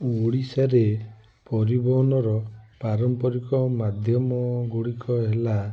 ଓଡ଼ିଶାରେ ପରିବହନର ପାରମ୍ପରିକ ମାଧ୍ୟମ ଗୁଡ଼ିକ ହେଲା